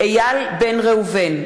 איל בן ראובן,